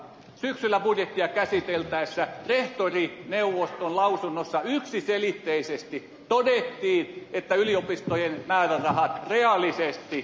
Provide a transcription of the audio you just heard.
syksyllä budjettia käsiteltäessä rehtorineuvoston lausunnossa yksiselitteisesti todettiin että yliopistojen määrärahat reaalisesti laskevat